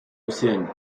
océanie